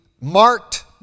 marked